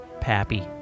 Pappy